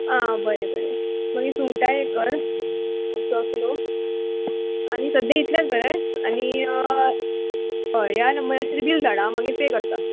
आं बरें बरें मागीर सुंगटां हें कर स किलो आनी सद्द्यां इतलेंच बरय आनी हय ह्या नंबराचेर बील धाडा आं मागीर पे करता